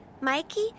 Mikey